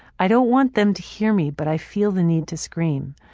i don't want them to hear me but i feel the need to scream.